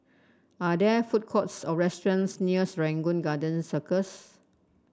are there food courts or restaurants near Serangoon Garden Circus